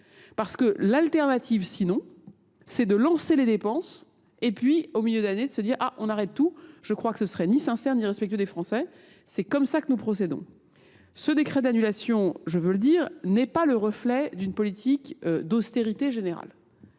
Parce que l'alternative, sinon, c'est de lancer les dépenses et puis, au milieu d'année, de se dire « ah, on arrête tout, je crois que ce serait ni sincère ni respectueux des Français, c'est comme ça que nous procédons ». Ce décret d'annulation, je veux le dire, n'est pas le reflet d'une politique d'austérité générale.